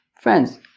friends